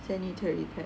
sanitary pad